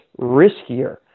riskier